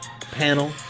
panel